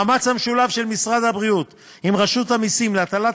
המאמץ המשולב של משרד הבריאות ורשות המסים להטלת